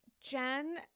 jen